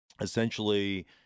essentially